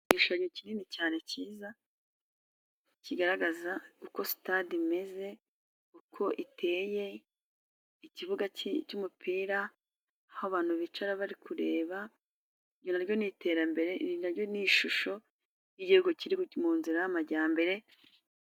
Igishushanyo kinini cyane cyiza kigaragaza uko sitade imeze, uko iteye ikibuga cy'umupira, aho abantu bicara bari kureba ibi naryo n'iterambere naryo ni ishusho y'igihugu kiri mu nzira y'amajyambere.